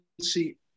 see